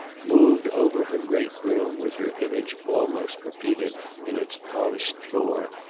moved over her great room with her image almost repeated in its polished floor,